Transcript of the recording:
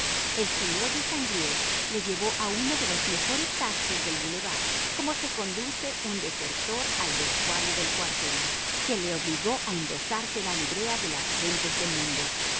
el señor de sanglié le llevó a uno de los mejores sastres del bulevar como se conduce un desertor al vestuario del cuartel que le obligó a endosarse la librea de las gentes de mundo